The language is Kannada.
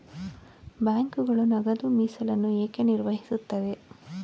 ಬ್ಯಾಂಕುಗಳು ನಗದು ಮೀಸಲನ್ನು ಏಕೆ ನಿರ್ವಹಿಸುತ್ತವೆ?